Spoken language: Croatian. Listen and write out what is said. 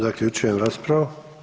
Zaključujem raspravu.